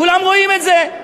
כולם רואים את זה.